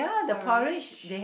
porridge